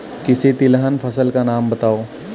किसी तिलहन फसल का नाम बताओ